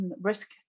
risk